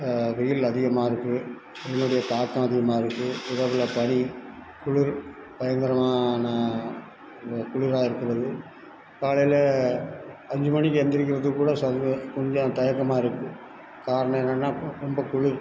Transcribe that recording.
வெயில் அதிகமாக இருக்குது வெயிலுடைய தாக்கம் அதிகமாக இருக்குது இரவில் பனி குளிர் பயங்கரமான இது குளிராக இருக்கிறது காலையில் அஞ்சு மணிக்கு எழுந்திரிக்கிறதுக்கு கூட கொஞ்சம் தயக்கமாக இருக்குது காரணம் என்னென்னா பு ரொம்ப குளிர்